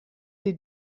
sie